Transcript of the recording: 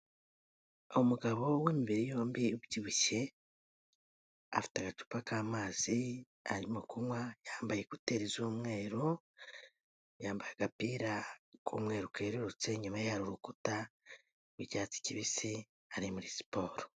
Umugabo w'imibiri yombi ubyibushye, afite agacupa k'amazi, arimo kunywa yambaye ekuteri z'umweru, yambaye agapira k'umweru kerurutse, inyuma ye hari urukuta rw'icyatsi kibisi, ari muri siporo.